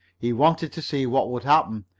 he wanted to see what would happen.